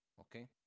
Okay